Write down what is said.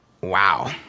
Wow